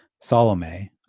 salome